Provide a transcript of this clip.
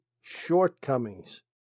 shortcomings